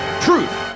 Truth